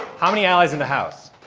how many allies in the house?